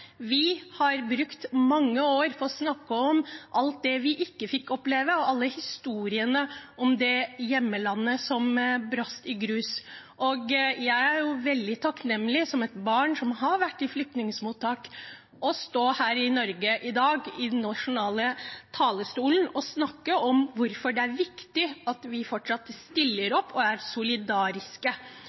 Vi har brukt mange år på å snakke om alt det vi ikke fikk oppleve, og på alle historiene om hjemlandet som falt i grus. Jeg, som et tidligere barn som har vært i flyktningmottak, er veldig takknemlig for å stå her i Norge i dag, på den nasjonale talerstolen, og snakke om hvorfor det er viktig at vi fortsatt stiller opp og er solidariske